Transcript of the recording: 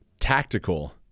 tactical